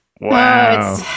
wow